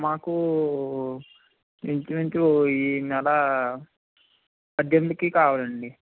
మాకు ఇంచుమించు ఈ నెల పద్దెనిమిదికి కావాలండి